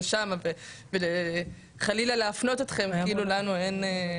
שם וחלילה להפנות אותכם כאילו לנו אין.